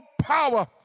power